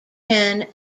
ten